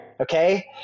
okay